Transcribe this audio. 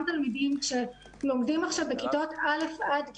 תלמידים שלומדים עכשיו בכיתות א' עד ג',